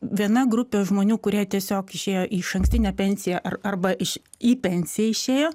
viena grupė žmonių kurie tiesiog išėjo į išankstinę pensiją ar arba iš į pensiją išėjo